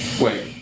Wait